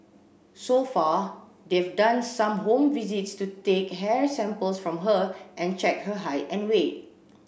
so far they've done some home visits to take hair samples from her and check her height and weight